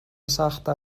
سختتر